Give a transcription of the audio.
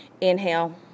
inhale